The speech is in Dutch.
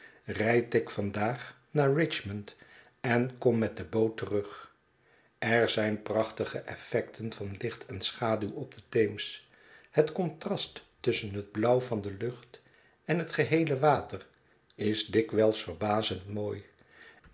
rijd ik van daag naar richmond en kom met de boot terug er zijn prachtige effecten van licht en schaduw op de theems het contrast tusschen het blauw van u e lucht en het geele water is dikwijls verbazend mooi